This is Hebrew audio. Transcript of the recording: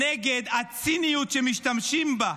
נגד הציניות שמשתמשים בה,